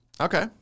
Okay